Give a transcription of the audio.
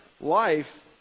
life